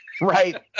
Right